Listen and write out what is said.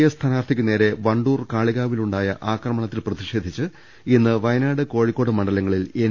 A സ്ഥാനാർത്ഥിക്കുനേരെ വണ്ടൂർ കാളികാവിൽ ഉണ്ടായ ആക്രമണത്തിൽ പ്രതിഷേധിച്ച് ഇന്ന് വയനാട് കോഴിക്കോട് മണ്ഡ ലങ്ങളിൽ എൻ